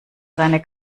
seine